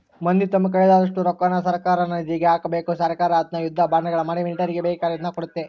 ಮಂದಿ ತಮ್ಮ ಕೈಲಾದಷ್ಟು ರೊಕ್ಕನ ಸರ್ಕಾರದ ನಿಧಿಗೆ ಹಾಕಬೇಕು ಸರ್ಕಾರ ಅದ್ನ ಯುದ್ಧ ಬಾಂಡುಗಳ ಮಾಡಿ ಮಿಲಿಟರಿಗೆ ಬೇಕಿರುದ್ನ ಕೊಡ್ತತೆ